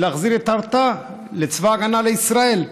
להחזיר את ההרתעה לצבא ההגנה לישראל.